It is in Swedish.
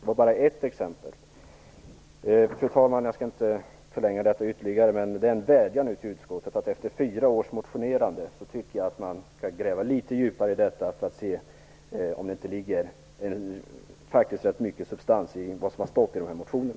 Det var bara ett exempel. Fru talman! Jag skall inte förlänga debatten ytterligare. Men jag har en vädjan till utskottet. Efter fyra års motionerande tycker jag att man skall gräva litet djupare för att se om det faktiskt inte finns ganska mycket substans i dessa motioner.